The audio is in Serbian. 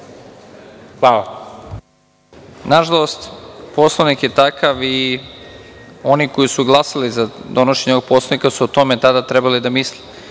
Nažalost, Poslovnik je takav. Oni koji su glasali za donošenje ovog Poslovnika su o tome tada trebali da misle,